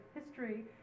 history